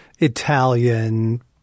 Italian